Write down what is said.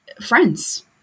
friends